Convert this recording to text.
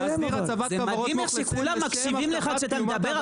להסדיר הצוות כוורות --- זה מדהים איך כולם מקשיבים לך כשאתה מדבר,